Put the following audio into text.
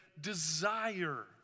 desire